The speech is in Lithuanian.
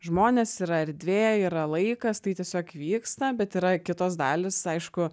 žmonės yra erdvė yra laikas tai tiesiog vyksta bet yra kitos dalys aišku